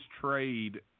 trade